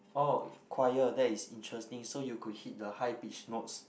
oh choir that is interesting so you could hit the high pitch notes